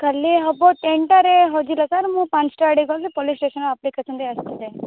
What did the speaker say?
କାଲି ହବ ତିନଟାରେ ହଜିଲା ସାର୍ ମୁଁ ପାଞ୍ଚଟା ଆଡ଼େ ଯାଇକି ପୋଲିସ୍ ଷ୍ଟେସନ୍ ରେ ଆପ୍ଲିକେସନ୍ ଦେଇକି ଆସିଛି ସାର୍